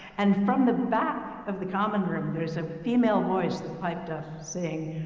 and from the back of the common room, there was a female voice that piped up saying,